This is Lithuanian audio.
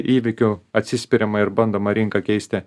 įvykių atsispiriama ir bandoma rinką keisti